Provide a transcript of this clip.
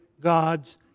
God's